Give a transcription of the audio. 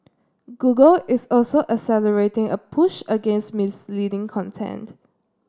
Google is also accelerating a push against misleading content